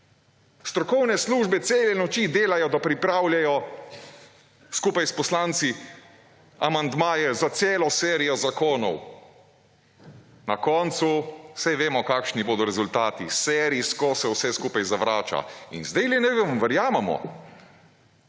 Strokovne službe cele noči delajo, da pripravljajo skupaj s poslanci amandmaje za celo serijo zakonov na koncu saj vemo kakšni bodo rezultati serijsko se vse skupaj zavrača in sedaj naj vam verjamemo.